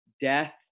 death